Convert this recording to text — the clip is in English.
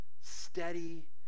steady